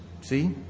See